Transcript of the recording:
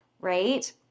right